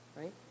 right